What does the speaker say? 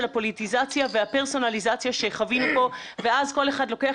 הפוליטיזציה והפרסונליזציה שחווינו פה ואז כל אחד לוקח